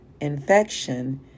infection